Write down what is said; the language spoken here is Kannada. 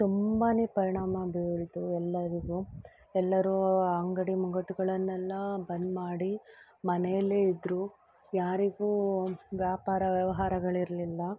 ತುಂಬಾ ಪರಿಣಾಮ ಬೀರಿತು ಎಲ್ಲರಿಗೂ ಎಲ್ಲರೂ ಅಂಗಡಿ ಮುಂಗಟ್ಟುಗಳನ್ನೆಲ್ಲ ಬಂದು ಮಾಡಿ ಮನೆಯಲ್ಲೇ ಇದ್ದರು ಯಾರಿಗೂ ವ್ಯಾಪಾರ ವ್ಯವಹಾರಗಳಿರಲಿಲ್ಲ